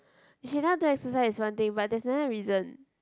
she never do exercise is one thing but there's another reason